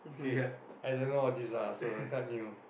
K I don't know what this lah so I can't